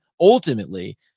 Ultimately